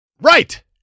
Right